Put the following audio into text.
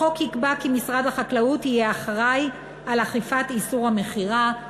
החוק יקבע כי משרד החקלאות יהיה אחראי על אכיפת איסור המכירה.